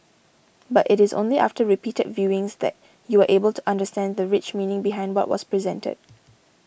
but it is only after repeated viewings that you are able to understand the rich meaning behind what was presented